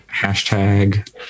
hashtag